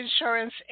insurance